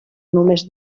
només